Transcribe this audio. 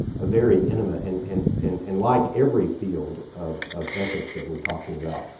a very intimate and and and and like every field of of ethics that we're talking about,